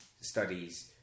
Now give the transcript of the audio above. studies